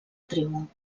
tribu